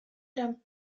eran